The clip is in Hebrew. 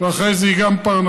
ואחרי זה היא גם פרנסה,